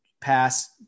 pass